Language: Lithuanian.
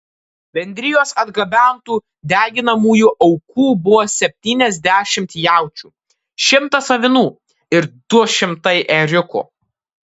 bendrijos atgabentų deginamųjų aukų buvo septyniasdešimt jaučių šimtas avinų ir du šimtai ėriukų